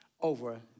over